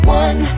one